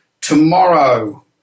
tomorrow